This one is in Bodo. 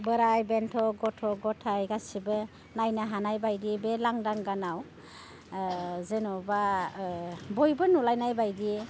बोराइ बेन्थ गथ' गथाइ गासिबो नायनो हानाय बायदि बे लांदां गानआव जेनेबा बयबो नुलायनाय बायदि